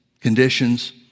conditions